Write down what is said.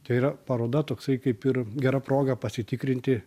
tai yra paroda toksai kaip ir gera proga pasitikrinti